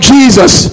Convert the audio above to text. Jesus